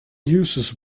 users